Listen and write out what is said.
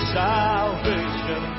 salvation